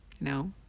no